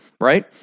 right